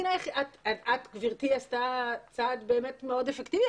גברתי עשתה צעד באמת מאוד אפקטיבי,